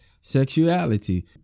Sexuality